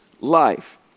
life